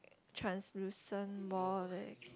translucent wall leh